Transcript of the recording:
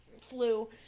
flu